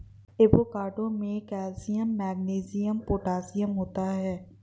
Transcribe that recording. avocado में calcium magnesium potassium होता है